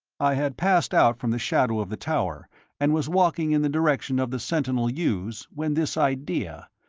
i had passed out from the shadow of the tower and was walking in the direction of the sentinel yews when this idea,